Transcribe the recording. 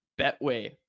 Betway